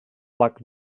like